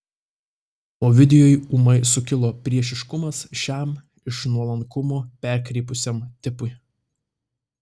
ovidijui ūmai sukilo priešiškumas šiam iš nuolankumo perkrypusiam tipui